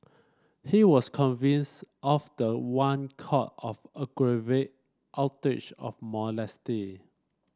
he was convicted of the one count of aggravate outrage of modesty